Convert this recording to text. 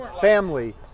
family